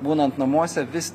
būnant namuose vis